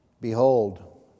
Behold